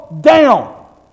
Down